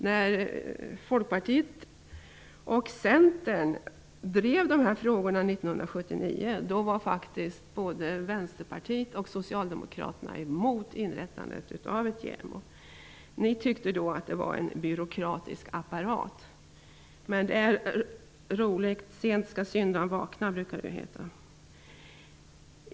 När Folkpartiet och Centern drev dessa frågor 1979 var faktiskt både Vänsterpartiet och Socialdemokraterna emot inrättandet av JämO. Ni tyckte då att det var en byråkratisk apparat. Sent skall syndaren vakna, som det heter.